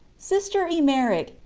sister emmerich,